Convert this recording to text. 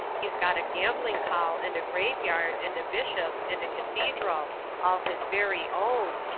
he's got a gambling-hall, and a graveyard, and a bishop, and a cathedral all his very own.